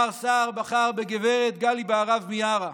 מר סער בחר בגב' גלי בהרב מיארה,